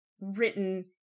written